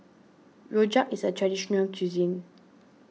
Rojak is a Traditional Local Cuisine